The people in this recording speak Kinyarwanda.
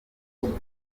urupfu